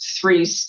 three